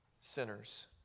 sinners